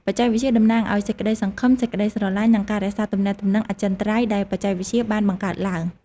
បច្ចេកវិទ្យាតំណាងឲ្យសេចក្ដីសង្ឃឹម សេចក្ដីស្រឡាញ់ និងការរក្សាទំនាក់ទំនងអចិន្រ្តៃយ៍ដែលបច្ចេកវិទ្យាបានបង្កើតឡើង។